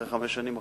אחרי חמש שנים,